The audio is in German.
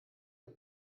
und